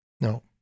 No